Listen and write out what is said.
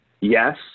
yes